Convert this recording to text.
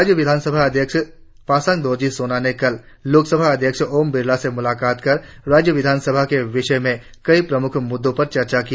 राज्य विधानसभा अध्यक्ष पासांग दोरजी सोना ने कल लोकसभा अध्यक्ष ओम बिड़ला से मुलाकात कर राज्य विधानसभा के विषय में कई प्रमुख मुद्दों पर चर्चा की